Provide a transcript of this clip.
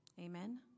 Amen